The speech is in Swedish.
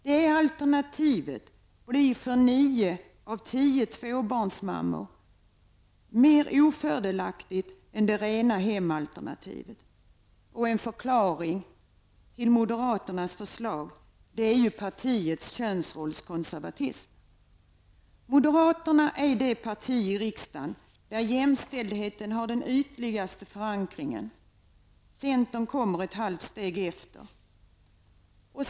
Det alternativet blir för nio av tio tvåbarnsmammor mer ofördelaktigt än det rena hemalternativet. En förklaring till moderaternas förslag är partiets könsrollskonservatism. Moderaterna är det parti i riksdagen där jämställdheten har den ytligaste förankringen, och centern kommer ett halvt steg efter.